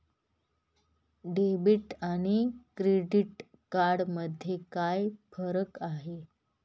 Debit आणि credit card मध्ये काय फरक आहे?